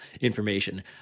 information